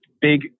big